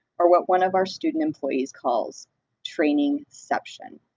or what one of our student employees calls trainingception.